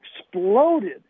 exploded